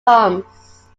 homes